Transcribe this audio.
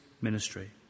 ministry